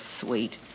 sweet